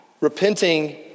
Repenting